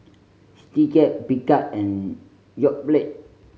Citycab Picard and Yoplait